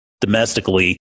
domestically